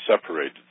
separated